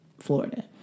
Florida